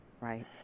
Right